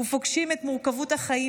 ופוגשים את מורכבות החיים,